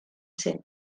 zen